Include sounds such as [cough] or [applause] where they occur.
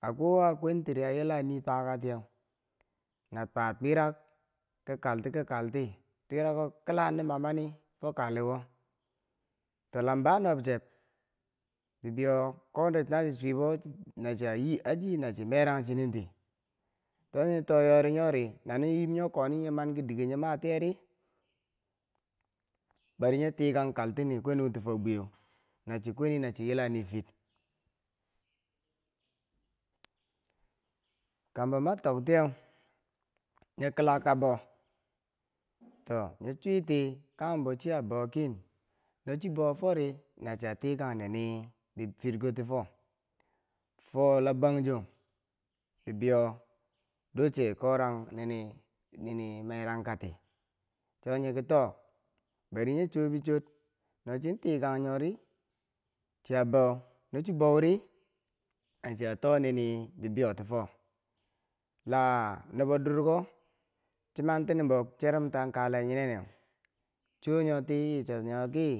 a kwai wo a kwentiri a yila ni twakatiyeu na twa twirak ki kalti ki kalti twirako kila luma mani fo kalewo to la ba nob cheeb bibeiyo ko ri la chi chwibo nachia yi aji nachiya merang chinen ti to nyo to yori nyori na nyin yim nyo koni nyi manki dike nya matiyeri bari nyi tikang kalti kwenu ti fo bwiyeu nachi kweni nachi yila nifir [noise] kambo ma toktiyeu, nye kila kabo to nye cheeti kanghembo chia bou ken no chibou fori nachiya tikan nini bi firko tifo, fo labangjong bibeiyo duche ko rang nini merangkati cho nyekito bari nyo chobi chwor no chin tikan nyo ri chia bou, no chi bouri na chia to ni ni bibeyo ti fo la nubo durko chiman tinimbo cherumten kaale nyineneu chwonyoti yi cho nyo kii.